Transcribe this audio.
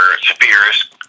Spears